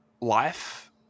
life